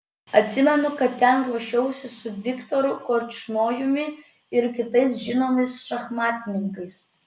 atsimenu kad ten ruošiausi su viktoru korčnojumi ir kitais žinomais šachmatininkais